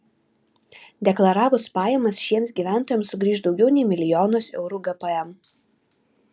deklaravus pajamas šiems gyventojams sugrįš daugiau nei milijonas eurų gpm